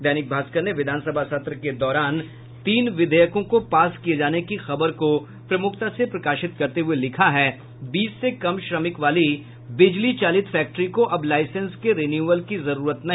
दैनिक भास्कर ने विधानसभा सत्र के दौरान तीन विधेयकों को पास किये जाने की खबर को प्रमुखता से प्रकाशित करते हुये लिखा है बीस से कम श्रमिक वाली बिजलीचालित फैक्ट्री को अब लाईसेंस के रिन्युअल की जरूरत नहीं